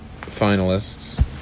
Finalists